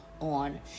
on